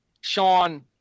Sean